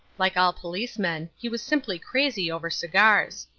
like all policemen, he was simply crazy over cigars.